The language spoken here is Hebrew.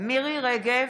מירי מרים רגב,